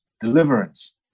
deliverance